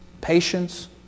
patience